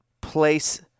place –